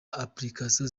applications